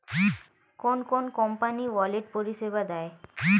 কোন কোন company wallet পরিষেবা দেয়?